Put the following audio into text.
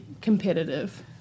competitive